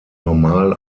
normal